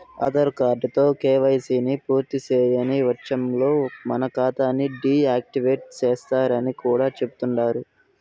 ఆదార్ కార్డుతో కేవైసీని పూర్తిసేయని వచ్చంలో మన కాతాని డీ యాక్టివేటు సేస్తరని కూడా చెబుతండారు